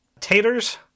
Taters